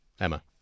Emma